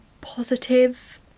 positive